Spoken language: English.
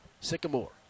Sycamore